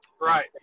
Right